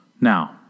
Now